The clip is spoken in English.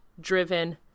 driven